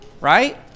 right